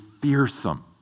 fearsome